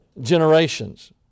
generations